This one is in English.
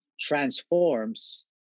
transforms